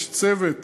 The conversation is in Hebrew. יש צוות